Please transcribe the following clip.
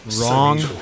Wrong